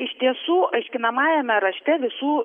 iš tiesų aiškinamajame rašte visų